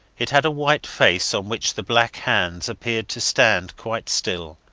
it had a white face on which the black hands appeared to stand quite still.